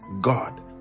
God